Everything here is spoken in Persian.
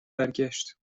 برگشت